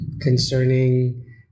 concerning